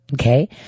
okay